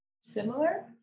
similar